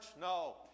No